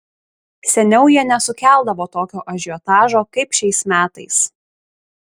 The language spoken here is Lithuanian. seniau jie nesukeldavo tokio ažiotažo kaip šiais metais